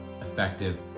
effective